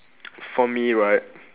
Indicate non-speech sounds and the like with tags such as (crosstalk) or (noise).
(noise) for me right